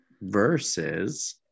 versus